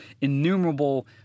innumerable